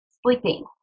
sleeping